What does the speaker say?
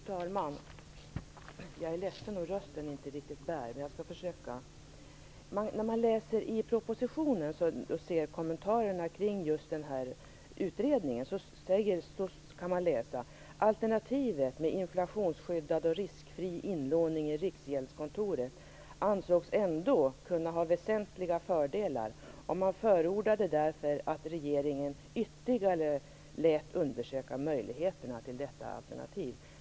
Fru talman! Jag är ledsen om rösten inte riktigt bär, men jag skall försöka. I propositionen kan man läsa kommentarerna kring just den här utredningen. Där står: Alternativet med inflationsskyddad och riskfri inlåning i Riksgäldskontoret ansåg ändå kunna ha väsentliga fördelar. Man förordade därför att regeringen ytterligare lät undersöka möjligheterna till detta alternativ.